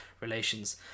relations